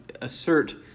assert